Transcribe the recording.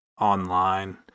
online